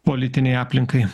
politinei aplinkai